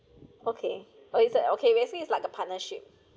okay oh it's a like okay basically it's like a partnership